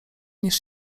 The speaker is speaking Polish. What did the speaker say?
niż